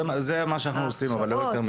זה מה שעושים באיגודים, אבל לא יותר מזה.